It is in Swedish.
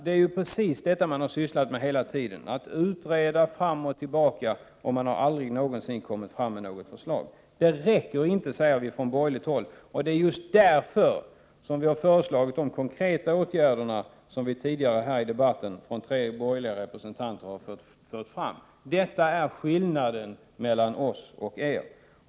Det är ju precis detta man har sysslat med hela tiden: att utreda fram och tillbaka utan att någonsin komma med något förslag. Detta räcker inte, säger vi från borgerligt håll. Det är just därför som vi har föreslagit de konkreta åtgärder som tre borgerliga representanter tidigare har fört fram här i debatten. Detta är skillnaden mellan oss och er.